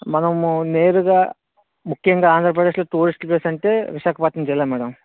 మనము నేరుగా ముఖ్యంగా ఆంధ్రప్రదేశ్లో టూరిస్ట్ ప్లేస్ అంటే విశాఖపట్నం జిల్లా మ్యాడమ్